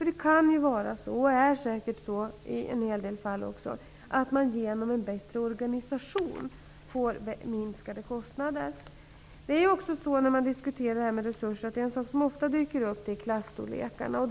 Det kan ju nämligen vara så -- och i en hel del fall är det säkert också så -- att man genom en bättre organisation får minskade kostnader. När man diskuterar resurser är frågan om klasstorlekarna en sak som ofta dyker upp.